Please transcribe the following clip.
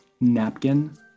napkin